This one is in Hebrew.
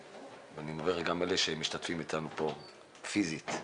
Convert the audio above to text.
אני מברך גם את אלה שמשתתפים איתנו פה, פיזית.